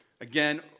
Again